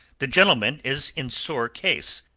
the gentleman is in sore case.